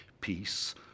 Peace